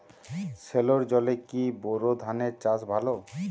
সেলোর জলে কি বোর ধানের চাষ ভালো?